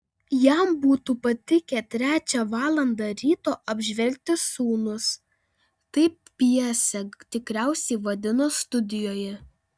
jam būtų patikę trečią valandą ryto apžvelgti sūnus taip pjesę tikriausiai vadino studijoje